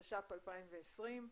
התש"ף-2020,